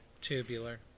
tubular